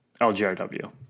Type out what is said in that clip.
LGRW